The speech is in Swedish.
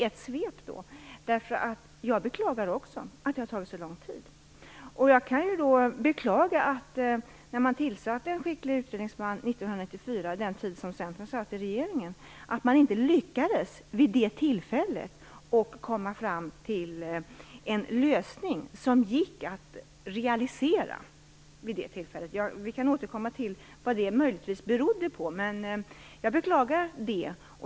Också jag beklagar att det har tagit så lång tid. Jag kan beklaga att man när man tillsatte en skicklig utredningsman år 1994, under den tid som Centern satt i regeringen, inte lyckades att vid det tillfället komma fram till en lösning som gick att realisera. Vi kan återkomma till vad det möjligtvis berodde på, men jag beklagar det.